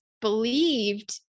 believed